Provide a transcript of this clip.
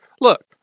look